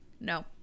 No